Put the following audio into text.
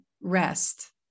rest